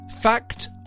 Fact